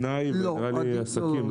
פנאי ונראה לי עסקים,